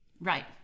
Right